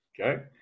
Okay